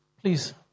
please